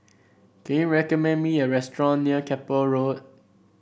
can you recommend me a restaurant near Keppel Road